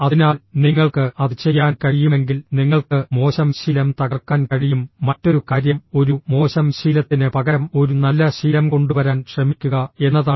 അതിനാൽ നിങ്ങൾക്ക് അത് ചെയ്യാൻ കഴിയുമെങ്കിൽ നിങ്ങൾക്ക് മോശം ശീലം തകർക്കാൻ കഴിയും മറ്റൊരു കാര്യം ഒരു മോശം ശീലത്തിന് പകരം ഒരു നല്ല ശീലം കൊണ്ടുവരാൻ ശ്രമിക്കുക എന്നതാണ്